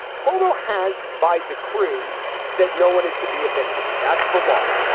cuomo has by decree said no one is to be evicted. that's the law.